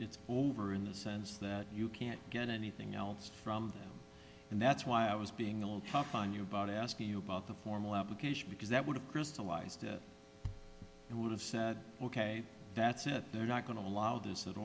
it's over in the sense that you can't get anything else from them and that's why i was being all tough on you about asking you about the formal application because that would have crystallized it and would have said ok that's it they're not going to allow this at